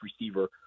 receiver